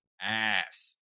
ass